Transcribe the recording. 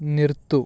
നിർത്തൂ